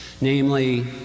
Namely